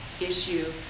issue